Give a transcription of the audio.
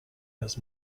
nas